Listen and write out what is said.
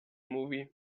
movie